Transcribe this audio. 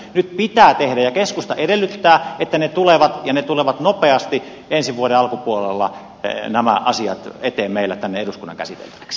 nyt pitää tehdä ja keskusta edellyttää että nämä asiat tulevat ja ne tulevat nopeasti ensi vuoden alkupuolella eteen meille tänne eduskunnan käsiteltäväksi